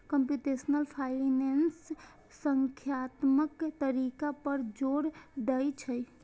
computational finance संख्यात्मक तरीका पर जोर दै छै